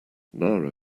nara